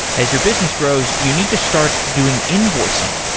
as your business grows, you need to start doing invoicing,